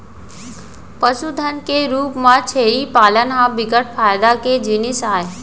पसुधन के रूप म छेरी पालन ह बिकट फायदा के जिनिस आय